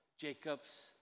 Jacob's